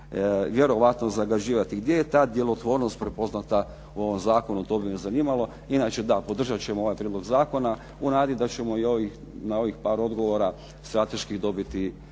vjerojatno zagađivati. Gdje je ta djelotvornost prepoznata u ovom zakonu to bi me zanimalo. Inače da, podržat ćemo ovaj prijedlog zakona u nadi da ćemo i na ovih par odgovora strateški dobiti